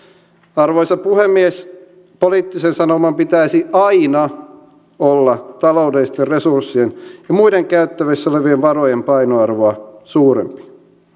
arvoisa puhemies poliittisen sanoman pitäisi aina olla taloudellisten resurssien ja muiden käytettävissä olevien varojen painoarvoa suurempi